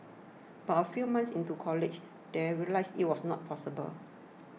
but a few months into college they realised it was not possible